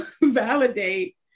validate